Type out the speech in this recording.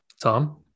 Tom